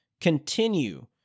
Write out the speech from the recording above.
continue